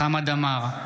חמד עמאר,